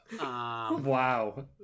wow